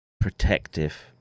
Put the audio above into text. protective